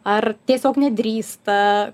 ar tiesiog nedrįsta